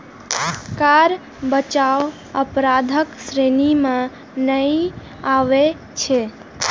कर बचाव अपराधक श्रेणी मे नहि आबै छै